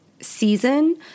season